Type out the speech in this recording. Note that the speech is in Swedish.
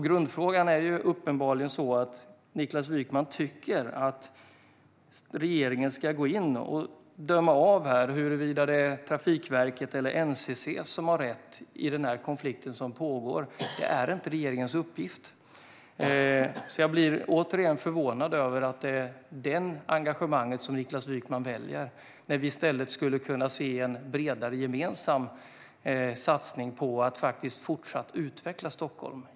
Grundfrågan handlar uppenbarligen om att Niklas Wykman tycker att regeringen ska gå in och döma huruvida det är Trafikverket eller NCC som har rätt i den konflikt som pågår. Det är inte regeringens uppgift. Jag blir återigen förvånad över att Niklas Wykman väljer detta engagemang, när vi i stället skulle kunna se en bredare gemensam satsning på att fortsätta att utveckla Stockholm.